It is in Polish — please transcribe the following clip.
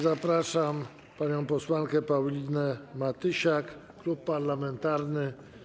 Zapraszam panią posłankę Paulinę Matysiak, klub parlamentarny.